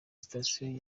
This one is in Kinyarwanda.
station